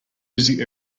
busy